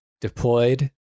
deployed